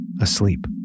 asleep